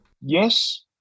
Yes